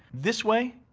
this way,